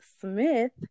Smith